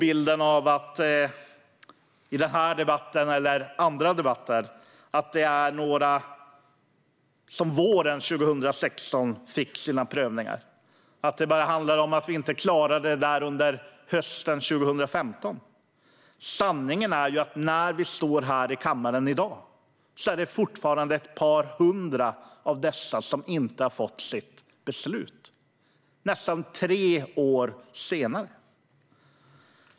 I den här debatten eller andra debatter kan man lätt få bilden av att det handlar om några som fick sina prövningar våren 2016, att det bara handlar om att vi inte klarade det under hösten 2015. Men sanningen är att när vi står här i kammaren i dag - nästan tre år senare - är det fortfarande ett par hundra av dessa som inte har fått sina beslut.